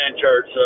Church